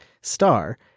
star